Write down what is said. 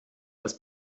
dass